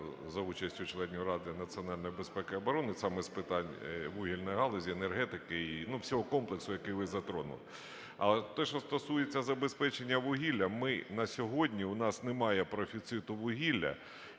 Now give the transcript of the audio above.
за участі членів Ради національної безпеки і оборони саме з питань вугільної галузі, енергетики, ну, всього комплексу, який ви затронули. А те, що стосується забезпечення вугілля. Ми на сьогодні, у нас немає профіциту вугілля.